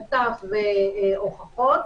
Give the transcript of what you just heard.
מ"ת והוכחות.